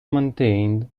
maintained